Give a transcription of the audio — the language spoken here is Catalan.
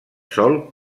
sol